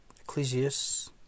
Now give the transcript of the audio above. Ecclesiastes